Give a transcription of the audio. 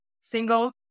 single